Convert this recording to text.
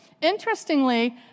interestingly